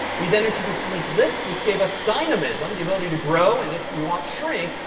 we then introduced the linked list, which gave us dynamism, the ability to grow and, if we want, shrink.